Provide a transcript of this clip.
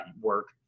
work